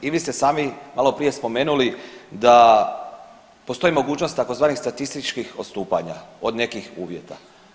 I vi ste sami maloprije spomenuli da postoji mogućnost tzv. statističkih odstupanja od nekih uvjeta.